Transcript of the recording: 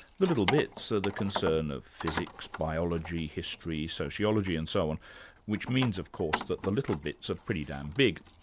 the little bits are the concern of physics, biology, history, sociology and so on which means of course that the little bits are pretty damned big.